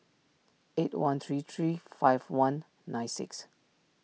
eight one three three five one nine six